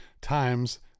times